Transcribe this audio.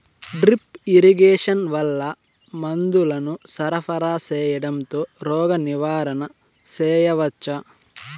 Drip irrigation వల్ల మందులను సరఫరా సేయడం తో రోగ నివారణ చేయవచ్చా?